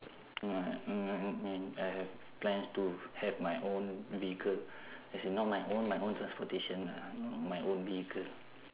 no no I mean I have plans to have my own vehicle as in not my own my own transportation lah not my own vehicle